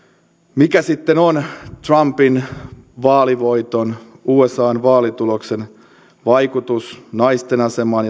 mikä sitten on trumpin vaalivoiton usan vaalituloksen vaikutus naisten asemaan